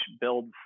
builds